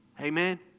Amen